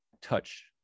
touch